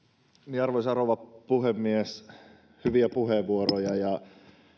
arvoisa rouva puhemies hyviä puheenvuoroja ja